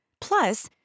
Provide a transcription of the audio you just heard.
Plus